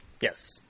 Yes